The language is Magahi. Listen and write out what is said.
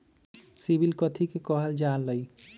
सिबिल कथि के काहल जा लई?